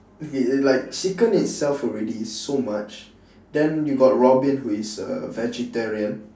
okay like chicken itself already is so much then you got robin who is a vegetarian